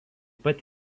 pat